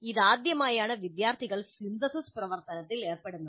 ഇതാദ്യമായാണ് വിദ്യാർത്ഥികൾ സിന്തസിസ് പ്രവർത്തനത്തിൽ ഏർപ്പെടുന്നത്